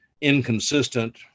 inconsistent